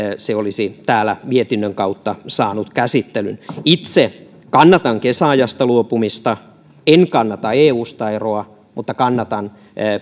se olisi täällä mietinnön kautta saanut käsittelyn itse kannatan kesäajasta luopumista en kannata eusta eroa mutta kannatan